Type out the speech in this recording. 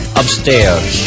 upstairs